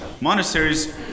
Monasteries